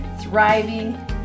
thriving